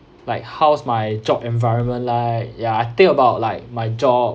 like how's my job environment like ya I think about like my job